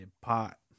pot